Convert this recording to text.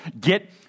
Get